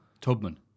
Tubman